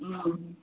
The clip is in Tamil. ம்